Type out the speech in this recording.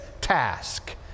TASK